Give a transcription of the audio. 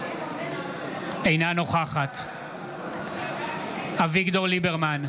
אינה נוכחת אביגדור ליברמן,